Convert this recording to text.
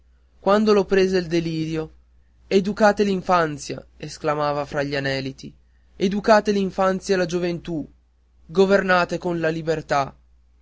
quando lo prese il delirio educate l'infanzia esclamava fra gli aneliti educate l'infanzia e la gioventù governate con la libertà